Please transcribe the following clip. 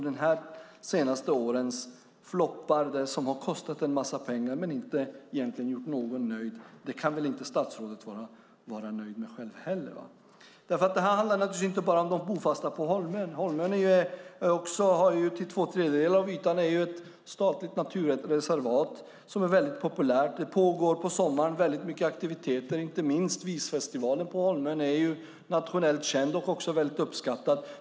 De senaste årens floppar som har kostat en massa pengar men som egentligen inte har gjort någon nöjd kan väl inte heller statsrådet vara nöjd med. Detta handlar naturligtvis inte bara om de bofasta på Holmön. Två tredjedelar av Holmöns yta är ett statligt naturreservat som är mycket populärt. På sommaren pågår många aktiviteter. Inte minst visfestivalen på Holmön är nationellt känd och mycket uppskattad.